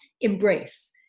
embrace